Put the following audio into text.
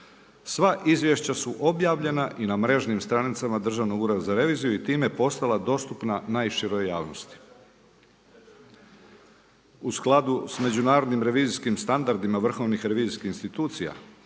sva izvješća su objavljena i na mrežnim stranicama Državnog ureda za reviziju i time postala dostupna najširoj javnosti. U skladu sa međunarodnim revizijskim standardima vrhovnih revizijskih institucija